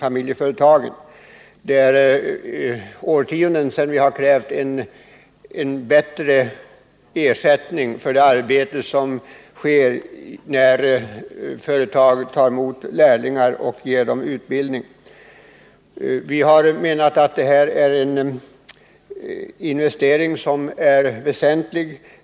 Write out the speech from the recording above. Vi har under årtionden krävt en bättre ersättning för det arbete som utförs när företag tar emot lärlingar och ger dem utbildning. Vi har ansett att detta är en väsentlig investering.